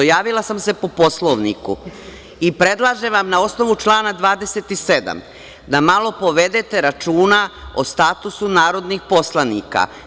Javila sam se po Poslovniku i predlažem vam, na osnovu člana 27. da malo povedete računa o statusu narodnih poslanika.